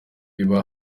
iba